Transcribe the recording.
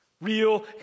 Real